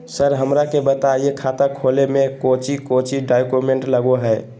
Sir हमरा के बताएं खाता खोले में कोच्चि कोच्चि डॉक्यूमेंट लगो है?